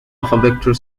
vector